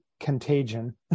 contagion